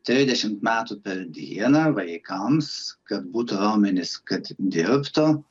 trisdešimt metų per dieną vaikams kad būtų raumenys kad dirbtų